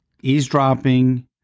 eavesdropping